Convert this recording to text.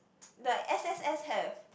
like S_S_S have